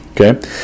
okay